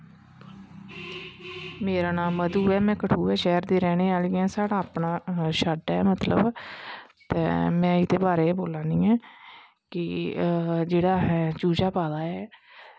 मेरा नांऽ मधू ऐ में कठुऐ शैह्र दी रैह्नें आह्ली ऐं साढ़ा अपनां शैड्ड ऐ मतलव ते में एह्दे बारे च बोल्ला नी ऐं की जेह्ड़ा असें चूचा पादा ऐ